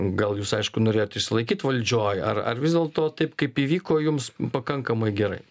gal jūs aišku norėjot išsilaikyt valdžioj ar ar vis dėlto taip kaip įvyko jums pakankamai gerai